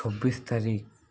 ଛବିଶି ତାରିଖ